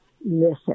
listen